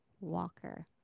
Walker